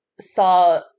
saw